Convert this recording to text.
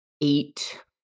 eight